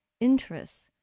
interests